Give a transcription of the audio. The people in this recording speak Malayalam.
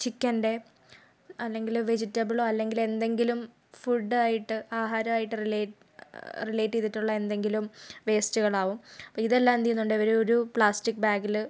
ചിക്കൻ്റെ അല്ലെങ്കിൽ വെജിറ്റബിളോ അല്ലെങ്കിൽ എന്തെങ്കിലും ഫുഡ് ആയിട്ട് ആഹാരം ആയിട്ട് റിലെ റിലേറ്റ് ചെയ്തിട്ടുള്ള എന്തെങ്കിലും വേസ്റ്റുകളാവും അപ്പോൾ ഇതെല്ലാം എന്ത് ചെയ്യുന്നുണ്ട് ഇവർ ഒരു പ്ലാസ്റ്റിക് ബാഗിൽ